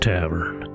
Tavern